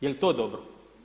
Jel' to dobro?